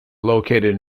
located